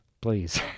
Please